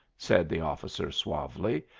said the officer, suavely.